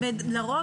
לרוב,